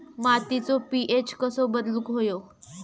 मातीचो पी.एच कसो बदलुक होयो?